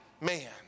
man